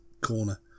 corner